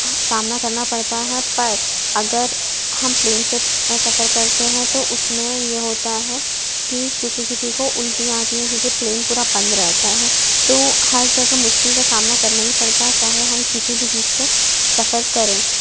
سامنا کرنا پڑتا ہے پر اگر ہم پلین سے شس سفر کرتے ہیں تو اس میں یہ ہوتا ہے کہ کسی کسی کو الٹیاں آتی ہیں کیونکہ پلین پورا بند رہتا ہے تو ہر جگہ مشکل کا سامنا کرنا ہی پڑتا ہے چاہے ہم کسی بھی چیز سے سفر کریں